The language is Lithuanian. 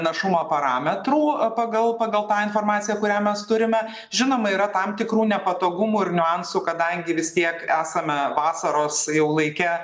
našumo parametrų pagal pagal tą informaciją kurią mes turime žinoma yra tam tikrų nepatogumų ir niuansų kadangi vis tiek esame vasaros jau laike